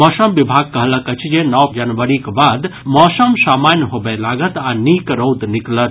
मौसम विभाग कहलक अछि जे नओ जनवरीक बाद मौसम सामान्य होबय लागत आ नीक रौद निकलत